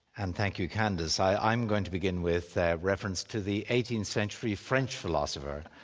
and thank you candace. i'm going to begin with reference to the eighteenth century french philosopher,